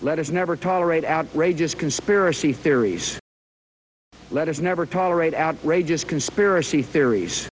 us never tolerate outrageous conspiracy theories let us never tolerate outrageous conspiracy theories